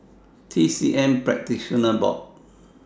TCM Practitioners Board